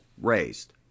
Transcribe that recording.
raised